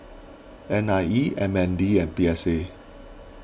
N I E M N D and P S A